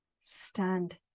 stand